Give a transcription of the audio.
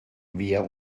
wer